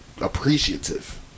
appreciative